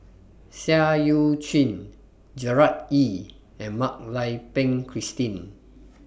Seah EU Chin Gerard Ee and Mak Lai Peng Christine